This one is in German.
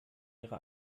ihre